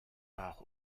part